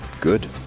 Good